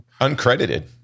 uncredited